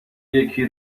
یکی